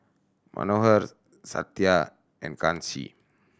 Manohar Satya and Kanshi